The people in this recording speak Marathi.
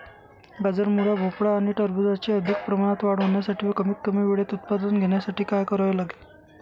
गाजर, मुळा, भोपळा आणि टरबूजाची अधिक प्रमाणात वाढ होण्यासाठी व कमीत कमी वेळेत उत्पादन घेण्यासाठी काय करावे लागेल?